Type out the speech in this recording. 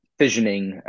fissioning